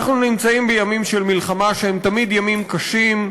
אנחנו נמצאים בימים של מלחמה, שהם תמיד ימים קשים,